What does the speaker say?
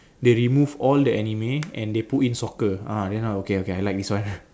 they removed all the anime and they put in soccer ah then I okay okay I like this one